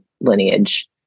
lineage